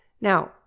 Now